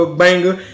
banger